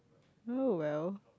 oh well